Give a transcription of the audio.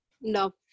no